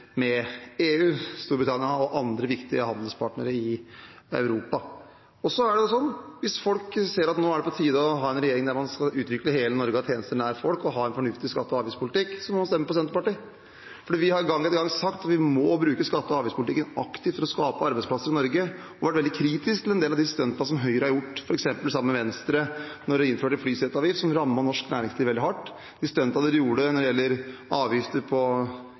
med EU, Storbritannia og andre viktige handelspartnere i Europa. Hvis folk ser at det er på tide med en regjering der man skal utvikle hele Norge, ha tjenester nær folk og ha en fornuftig skatte- og avgiftspolitikk, må de stemme på Senterpartiet. For vi har gang etter gang sagt at vi må bruke skatte- og avgiftspolitikken aktivt for å skape arbeidsplasser i Norge, og har vært veldig kritiske til en del av stuntene som Høyre har gjort, f.eks. sammen med Venstre da de innførte flyseteavgift, som rammet norsk næringsliv veldig hardt, og de stuntene de gjorde når det gjelder avgifter på